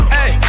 Hey